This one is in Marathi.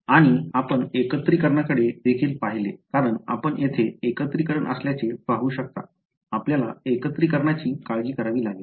आणि आपण एकत्रीकरणाकडे देखील पाहिले कारण आपण येथे एकत्रीकरण असल्याचे पाहू शकता आपल्याला एकत्रीकरणाची काळजी करावी लागेल